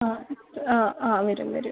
ആ ആ ആ വരും വരും